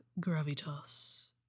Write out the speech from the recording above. Gravitas